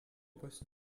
poste